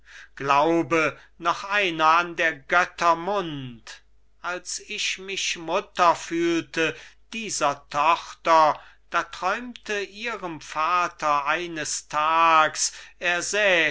glaube noch einer an der götter mund als ich mich mutter fühlte dieser tochter da träumte ihrem vater eines tages